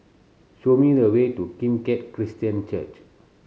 show me the way to Kim Keat Christian Church